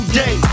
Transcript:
day